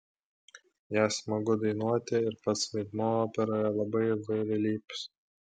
ją smagu dainuoti ir pats vaidmuo operoje labai įvairialypis